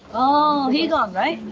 oh, he's gone, right?